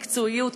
המקצועיות,